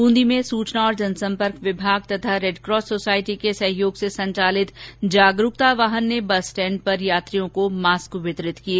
ब्रंदी में सूचना और जनसंपर्क विभाग तथा रेडक्रॉस सोसाइटी के सहयोग से संचालित जागरुकता वाहन ने बस स्टेण्ड पर यात्रियों को मास्क वितरित किए